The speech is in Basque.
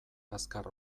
azkar